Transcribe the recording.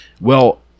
well-